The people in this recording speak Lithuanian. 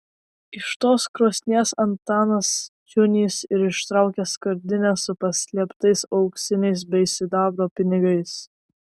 iš tos krosnies antanas ciūnys ir ištraukė skardinę su paslėptais auksiniais bei sidabro pinigais